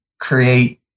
create